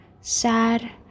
sad